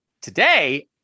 today